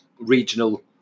regional